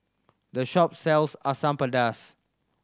the shop sells Asam Pedas